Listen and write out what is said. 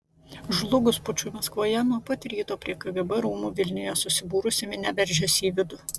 žlugus pučui maskvoje nuo pat ryto prie kgb rūmų vilniuje susibūrusi minia veržėsi į vidų